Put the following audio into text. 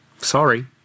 Sorry